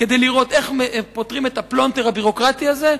כדי לראות איך פותרים את הפלונטר הביורוקרטי הזה.